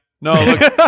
No